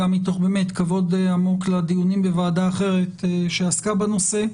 גם באמת מתוך כבוד עמוק לדיונים בוועדה אחרת שעסקה בנושא,